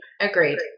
Agreed